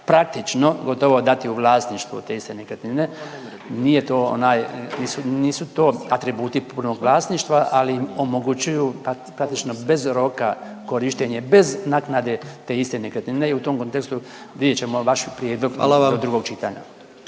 praktično gotovo dati u vlasništvo te iste nekretnine, nije to onaj nisu to atributi punog vlasništva, ali omogućuju praktično bez roka korištenje bez naknade te iste nekretnine i u tom kontekstu vidjet ćemo vaš prijedlog do …/Upadica